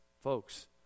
Folks